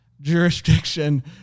jurisdiction